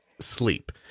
sleep